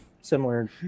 similar